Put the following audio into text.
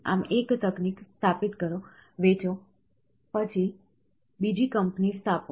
આમ એક તકનિક સ્થાપિત કરો વેચો પછી બીજી કંપની સ્થાપો